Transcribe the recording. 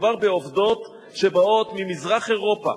מסתבר שהיא מצאה עבודה יותר טובה, או במקרים רבים,